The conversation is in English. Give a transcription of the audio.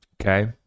Okay